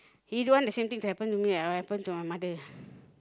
he don't want the same thing to happen to me like what happen to my mother